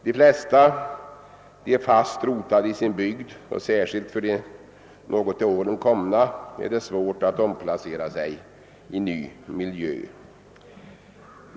De flesta är fast rotade i sin bygd, och särskilt för de något till åren komna är det svårt att omplacera sig i ny miljö.